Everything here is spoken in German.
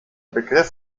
begriff